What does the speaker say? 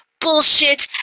bullshit